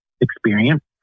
experience